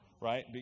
right